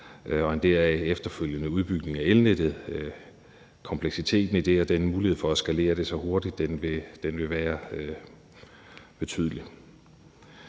og en deraf efterfølgende udbygning af elnettet. Kompleksiteten i forhold til muligheden for at skalere det så hurtigt vil være betydelig.